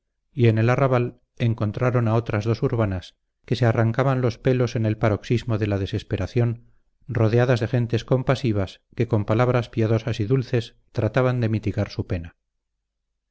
en el arrabal encontraron a otras dos urbanas que se arrancaban los pelos en el paroxismo de la desesperación rodeadas de gentes compasivas que con palabras piadosas y dulces trataban de mitigar su pena